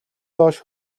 доош